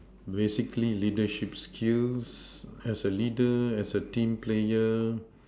basically leadership skills as a leader as a team player